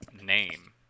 name